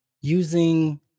using